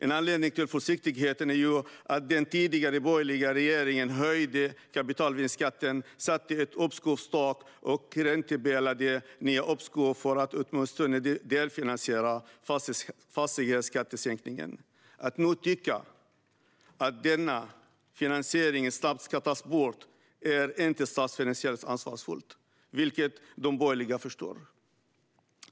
En anledning till försiktigheten är att den tidigare borgerliga regeringen höjde kapitalvinstskatten, satte ett uppskovstak och räntebelade nya uppskov för att åtminstone delfinansiera fastighetsskattesänkningen. Att nu tycka att denna finansiering snabbt ska tas bort är inte statsfinansiellt ansvarsfullt, vilket de borgerliga förstår.